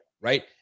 Right